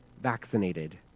vaccinated